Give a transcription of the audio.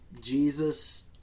jesus